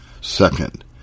Second